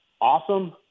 Awesome